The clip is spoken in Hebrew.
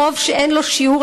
חוב שאין לו שיעור,